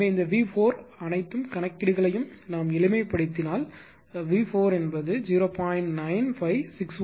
எனவே இந்த V4 அனைத்து கணக்கீடுகளையும் எளிமைப்படுத்தினால் V4 ஆனது 0